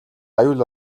аюул